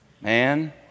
Man